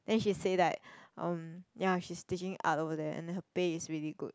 then she say like um ya she's teaching art over there and then her pay is really good